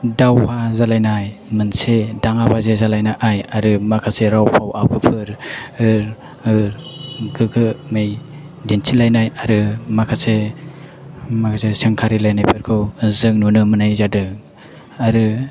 दावहा जालायनाय मोनसे दाङाबाजि जालायनाय आरो माखासे रावफोर आखुफोर गोग्गोमै दिन्थिलायनाय आरो माखासे सोंखारिलायनायफोरखौ जों नुनो मोननाय जादों आरो